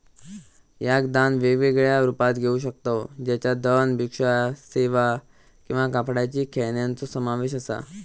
याक दान वेगवेगळ्या रुपात घेऊ शकतव ज्याच्यात धन, भिक्षा सेवा किंवा कापडाची खेळण्यांचो समावेश असा